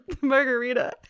margarita